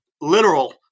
literal